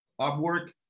Upwork